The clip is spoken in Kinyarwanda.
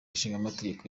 ishingamategeko